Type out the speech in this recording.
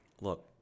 Look